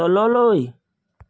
তললৈ